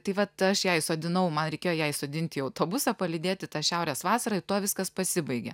tai vat aš ją įsodinau man reikėjo ją įsodinti į autobusą palydėt į tą šiaurės vasarą ir tuo viskas pasibaigė